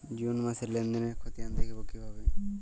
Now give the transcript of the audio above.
June মাসের লেনদেনের খতিয়ান দেখবো কিভাবে?